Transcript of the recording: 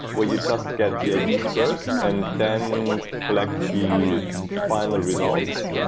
where you just get the i d's first and then collect the final results.